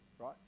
right